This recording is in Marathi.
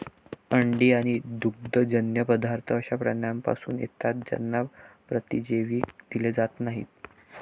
अंडी आणि दुग्धजन्य पदार्थ अशा प्राण्यांपासून येतात ज्यांना प्रतिजैविक दिले जात नाहीत